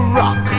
rock